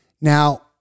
now